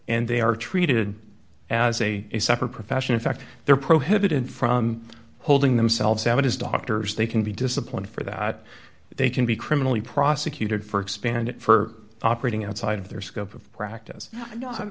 and they are treated as a separate profession in fact they are prohibited from holding themselves out as doctors they can be disciplined for that they can be criminally prosecuted for expand it for operating outside of their scope of practice